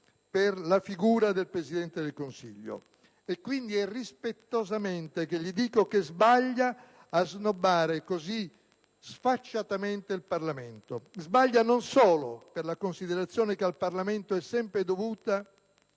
per la figura del Presidente del Consiglio e quindi è rispettosamente che gli dico che sbaglia a snobbare così sfacciatamente il Parlamento. Sbaglia non solo per la considerazione che al Parlamento è sempre dovuta,